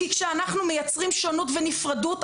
כי כשאנחנו מייצרים שונות ונפרדות,